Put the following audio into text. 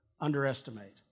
underestimate